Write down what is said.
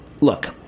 Look